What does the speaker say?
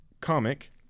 comic